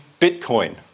Bitcoin